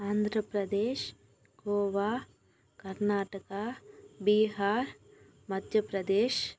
Andhra Pradesh Goa Karnataka Bihar Madhya Pradesh